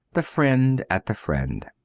the friend at the friend.